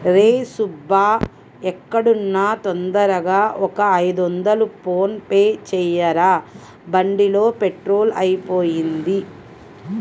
రేయ్ సుబ్బూ ఎక్కడున్నా తొందరగా ఒక ఐదొందలు ఫోన్ పే చెయ్యరా, బండిలో పెట్రోలు అయిపొయింది